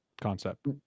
concept